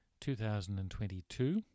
2022